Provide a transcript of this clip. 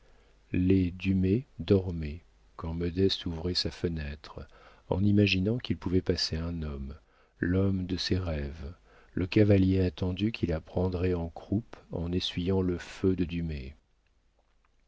les dumay dormaient quand modeste ouvrait sa fenêtre en imaginant qu'il pouvait passer un homme l'homme de ses rêves le cavalier attendu qui la prendrait en croupe en essuyant le feu de